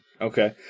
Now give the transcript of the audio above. Okay